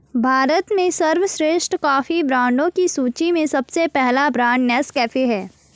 भारत में सर्वश्रेष्ठ कॉफी ब्रांडों की सूची में सबसे पहला ब्रांड नेस्कैफे है